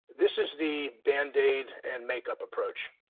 this is the bandaid and makeup approach.